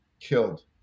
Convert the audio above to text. killed